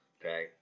Okay